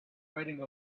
riding